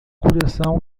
coração